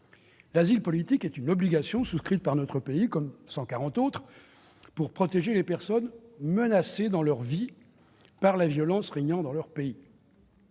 L'asile politique est une obligation souscrite par notre pays, comme par 140 autres, pour protéger les personnes menacées dans leur vie par la violence régnant dans leur pays.